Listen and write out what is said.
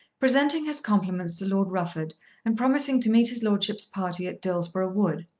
presenting his compliments to lord rufford and promising to meet his lordship's party at dillsborough wood.